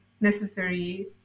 necessary